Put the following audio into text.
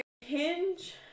Hinge